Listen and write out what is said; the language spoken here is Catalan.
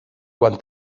quan